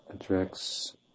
attracts